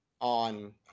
on